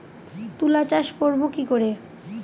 তুলা চাষ করব কি করে?